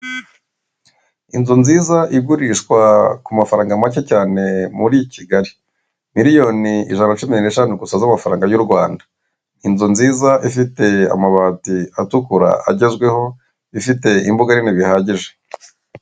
Inzu nziza igurishwa ku mafaranga make cyane muri kigali; miliyoni ijana cumi n'eshanu gusa z'amafaranga y'u rwanda; inzu nziza ifite amabati atukura agezweho, ifite imbuga nini bihagije.